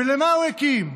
ולמה הוא הקים אותן?